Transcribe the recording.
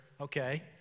okay